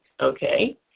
okay